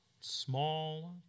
small